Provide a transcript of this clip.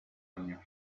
años